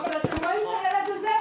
אתם רואים את הילד הזה?